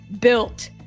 built